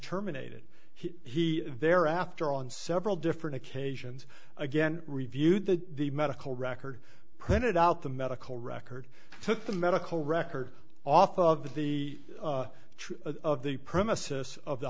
terminated he thereafter on several different occasions again reviewed that the medical record printed out the medical record took the medical record off of the truth of the premises of the